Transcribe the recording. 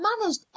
managed